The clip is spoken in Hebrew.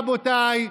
רבותיי,